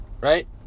right